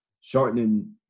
shortening